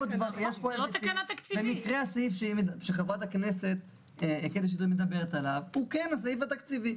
במקרה הסעיף שקטי שטרית מדברת עליו הוא כן הסעיף התקציבי.